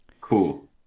Cool